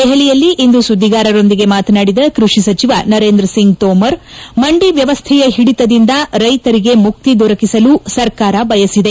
ದೆಹಲಿಯಲ್ಲಿಂದು ಸುದ್ಗಿಗಾರರೊಂದಿಗೆ ಮಾತನಾಡಿದ ಕೃಷಿ ಸಚವ ನರೇಂದ್ರ ಸಿಂಗ್ ತೋಮರ್ ಮಂಡಿ ವ್ಯವಸ್ಥೆಯ ಹಿಡಿತದಿಂದ ರೈತರಿಗೆ ಮುಕ್ತಿ ದೊರಕಿಸಲು ಸರ್ಕಾರ ಬಯಸಿದೆ